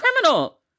criminal